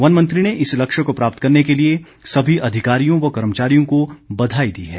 one मंत्री ने इस लक्ष्य को प्राप्त करने के लिए सभी अधिकारियों व कर्मचारियों को बधाई दी है